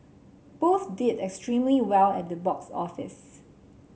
both did extremely well at the box office